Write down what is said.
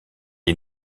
est